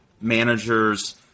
managers